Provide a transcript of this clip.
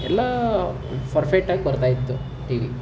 ಎಲ್ಲ ಫರ್ಫೆಕ್ಟಾಗಿ ಬರ್ತಾ ಇತ್ತು ಟಿ ವಿ